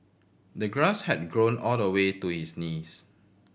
the grass had grown all the way to his knees